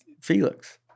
Felix